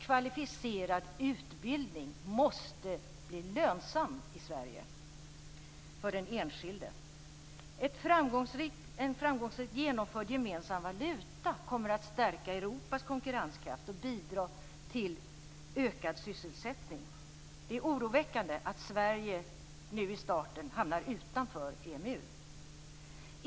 Kvalificerad utbildning måste bli lönsam i En framgångsrikt genomförd gemensam valuta kommer att stärka Europas konkurrenskraft och bidra till ökad sysselsättning. Det är oroväckande att Sverige nu i starten hamnar utanför EMU.